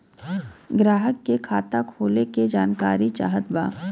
ग्राहक के खाता खोले के जानकारी चाहत बा?